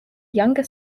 younger